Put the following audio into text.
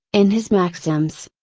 in his maxims.